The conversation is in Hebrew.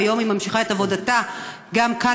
והיום היא ממשיכה את עבודתה גם כאן,